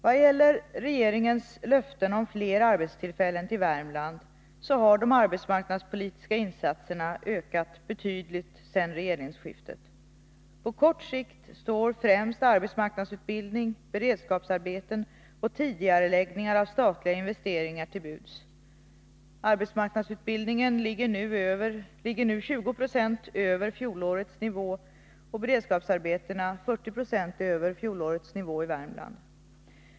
Vad gäller regeringens löften om fler arbetstillfällen till Värmland, så har de arbetsmarknadspolitiska insatserna ökat betydligt sedan regeringsskiftet. På kort sikt står främst arbetsmarknadsutbildning, beredskapsarbeten och tidigareläggningar av statliga investeringar till buds. Arbetsmarknadsutbildningen ligger nu 20 96 över fjolårets nivå och beredskapsarbetena 40 26 över fjolårets nivå i Värmland.